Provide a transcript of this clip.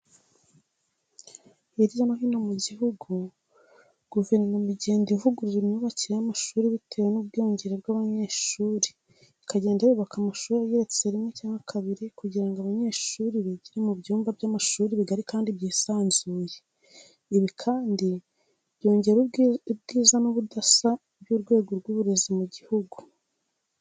Hirya no hino mu gihugu guverinoma igenda ivugurura imyubakire y'amashuri bitewe n'ubwiyongere bw'abanyeshuri ikagenda yubaka amashuri ageretse rimwe cyangwa kabiri kugira ngo abanyeshuri bigire mu myumba by'amashuri bigari kandi byisanzuye. Ibi kandi byongera ubwiza n'ubudasa by'urwego rw'uburezi mu gihugu.